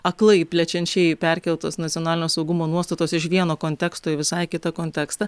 aklai plečiančiai perkeltos nacionalinio saugumo nuostatos iš vieno konteksto į visai kitą kontekstą